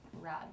rad